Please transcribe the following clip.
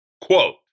quote